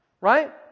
Right